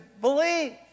believe